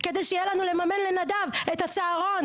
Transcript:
כדי שיהיה לנו לממן לנדב את הצהרון